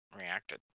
reacted